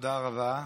תודה רבה.